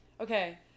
Okay